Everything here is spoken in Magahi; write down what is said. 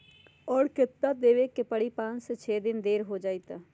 और केतना देब के परी पाँच से छे दिन देर हो जाई त?